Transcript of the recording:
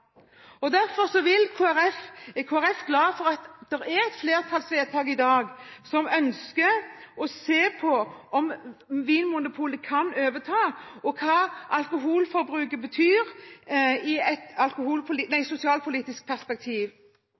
Derfor er Kristelig Folkeparti glad for at det er et flertallsvedtak i dag med et ønske om å la Vinmonopolet overta, og se på hva alkoholforbruket betyr i et sosialpolitisk perspektiv.